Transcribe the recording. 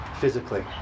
physically